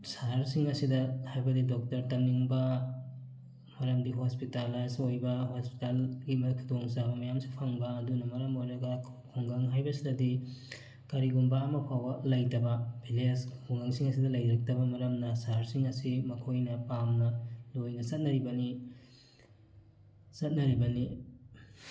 ꯁꯍꯔꯁꯤꯡ ꯑꯁꯤꯗ ꯍꯥꯏꯕꯗꯤ ꯗꯣꯛꯇꯔ ꯇꯝꯅꯤꯡꯕ ꯃꯔꯝꯗꯤ ꯍꯣꯁꯄꯤꯇꯥꯂꯥꯏꯁ ꯑꯣꯏꯕ ꯍꯣꯁꯄꯤꯇꯥꯜꯒꯤ ꯈꯨꯗꯣꯡꯆꯥꯕ ꯃꯌꯥꯝꯁꯨ ꯐꯪꯕ ꯑꯗꯨꯅ ꯃꯔꯝ ꯑꯣꯏꯔꯒ ꯈꯨꯡꯒꯪ ꯍꯥꯏꯕꯁꯤꯗꯗꯤ ꯀꯔꯤꯒꯨꯝꯕ ꯑꯃꯐꯥꯎꯕ ꯂꯩꯇꯕ ꯚꯤꯜꯂꯦꯖ ꯈꯨꯡꯒꯪꯁꯤꯡ ꯑꯁꯤꯗ ꯂꯩꯔꯛꯇꯕ ꯃꯔꯝꯅ ꯁꯍꯔꯁꯤꯡ ꯑꯁꯤ ꯃꯈꯣꯏꯅ ꯄꯥꯝꯅ ꯂꯣꯏꯅ ꯆꯠꯅꯔꯤꯕꯅꯤ ꯆꯠꯅꯔꯤꯕꯅꯤ